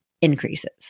increases